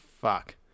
fuck